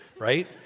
right